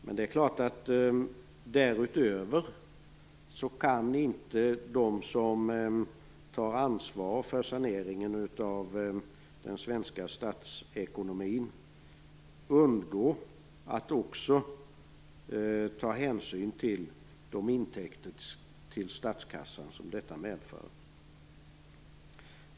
Men därutöver kan självklart inte de som tar ansvar för saneringen av den svenska statsekonomin undgå att också ta hänsyn till de intäkter till statskassan som detta medför.